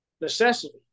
necessity